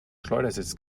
schleudersitz